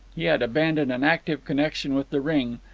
he had abandoned an active connection with the ring,